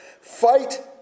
Fight